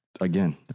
again